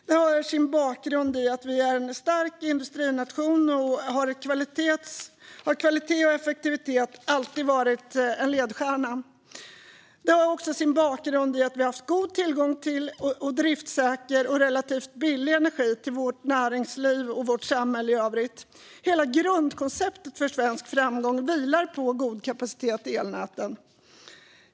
Det har sin bakgrund i att vi är en stark industrination och att kvalitet och effektivitet alltid har varit en ledstjärna. Det har också sin bakgrund i att vi har haft god tillgång till driftssäker och relativt billig energi för vårt näringsliv och vårt samhälle i övrigt. Hela grundkonceptet för svensk framgång vilar på god kapacitet i elnäten.